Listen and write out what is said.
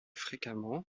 fréquemment